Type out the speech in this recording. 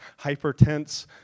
hypertense